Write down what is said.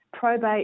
Probate